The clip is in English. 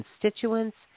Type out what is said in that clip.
constituents